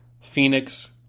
Phoenix